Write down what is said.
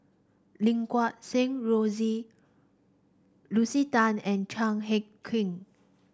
Lim Guat Kheng Rosie Lucy Tan and Chan Heng Chee